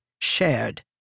shared